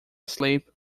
asleep